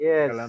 Yes